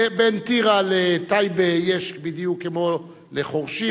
בין טירה לטייבה יש בדיוק כמו לחורשים.